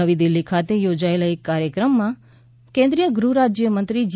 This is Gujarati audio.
નવી દિલ્ફી ખાતે યોજાયેલા એક કાર્યક્રમમાં કેન્દ્રીય ગૃહરાજ્ય મંત્રી જી